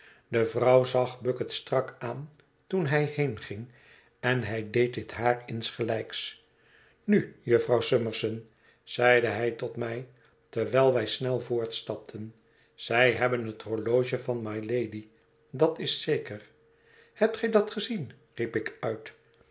afscheid devrouw zag bucket strak aan toen hij heenging en hij deed dit haar insgelijks nu jufvrouw summerson zeide hij tot mij terwijl wij snel voortstapten zij hebben het horloge van mylady dat is zeker hebt gij dat gezien riep ik uit